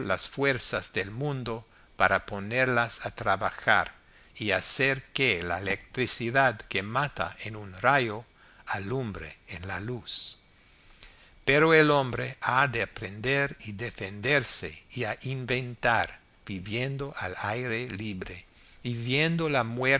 las fuerzas del mundo para ponerlas a trabajar y hacer que la electricidad que mata en un rayo alumbre en la luz pero el hombre ha de aprender a defenderse y a inventar viviendo al aire libre y viendo la